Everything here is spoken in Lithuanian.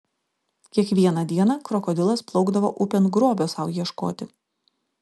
kiekvieną dieną krokodilas plaukdavo upėn grobio sau ieškoti